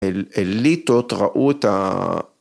‫אליטות ראו את ה...